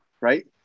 right